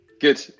Good